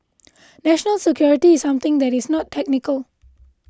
national security is something that is not technical